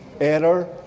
error